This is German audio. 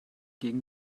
gegen